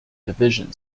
division